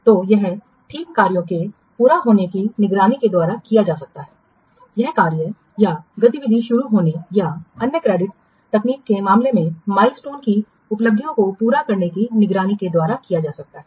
तो यह ठीक कार्यों के पूरा होने की निगरानी के द्वारा किया जा सकता है यह कार्य या गतिविधि शुरू होने या अन्य क्रेडिट तकनीकों के मामले में माइलस्टोन की उपलब्धियों को पूरा करने की निगरानी के द्वारा किया जा सकता है